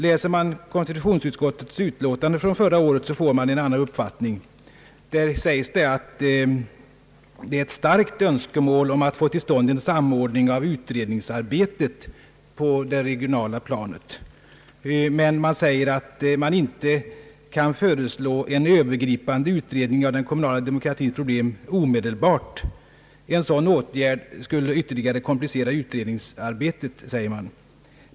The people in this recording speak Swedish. Läser man konstitutionsutskottets utlåtande från förra året får man en annan uppfattning. Där sägs att det är ett starkt önskemål att få till stånd en samordning av utredningsarbetet på det regionala planet. Men utskottet säger sig inte kunna föreslå en övergripande utredning av den kommunala demokratins problem omedelbart. En sådan åtgärd skulle ytterligare komplicera utredningsarbetet säger man.